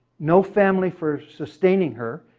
no family for sustaining her,